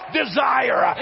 desire